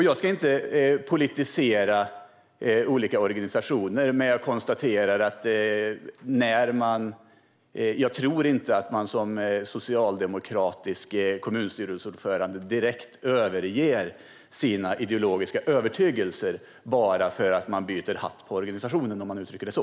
Jag ska inte politisera olika organisationer, men jag tror inte att man som socialdemokratisk kommunstyrelseordförande direkt överger sina ideologiska övertygelser bara för att man byter hatt på organisationen, om man uttrycker det så.